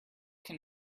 can